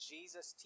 Jesus